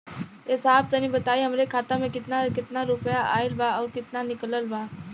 ए साहब तनि बताई हमरे खाता मे कितना केतना रुपया आईल बा अउर कितना निकलल बा?